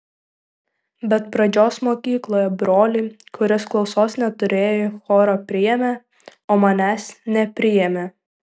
bet pradžios mokykloje brolį kuris klausos neturėjo į chorą priėmė o manęs nepriėmė